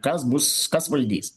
kas bus kas valdys